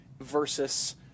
versus